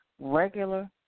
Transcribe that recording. regular